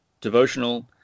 devotional